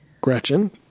gretchen